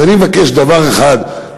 אז אני מבקש דבר אחד,